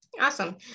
Awesome